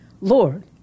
Lord